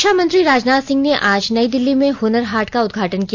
रक्षा मंत्री राजनाथ सिंह ने आज नई दिल्ली में हनर हाट का उदघाटन किया